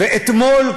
ואתמול,